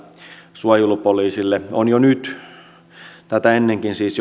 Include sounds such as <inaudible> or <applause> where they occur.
suojelupoliisille on jo nyt tätä ennenkin siis <unintelligible>